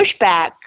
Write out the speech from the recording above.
pushback